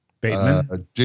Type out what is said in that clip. Bateman